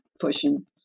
pushing